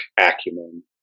acumen